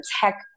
tech